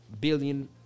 billion